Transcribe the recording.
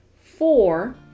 four